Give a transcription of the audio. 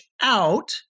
out